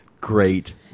Great